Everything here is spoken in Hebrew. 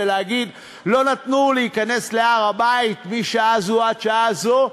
ולהגיד: לא נתנו להיכנס להר-הבית משעה זו עד שעה זו,